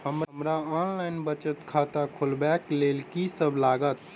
हमरा ऑनलाइन बचत खाता खोलाबै केँ लेल की सब लागत?